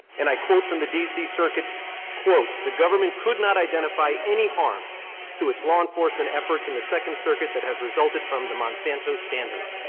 and i quote from the d c. circuit the government could not identify any harm to its law enforcement efforts in the second circuit that has resulted from the monsanto standard.